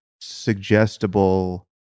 suggestible